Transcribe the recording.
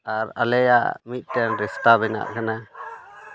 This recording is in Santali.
ᱟᱨ ᱟᱞᱮᱭᱟᱜ ᱢᱤᱫᱴᱮᱱ ᱨᱤᱥᱛᱟ ᱵᱮᱱᱟᱜ ᱠᱟᱱᱟ